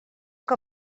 que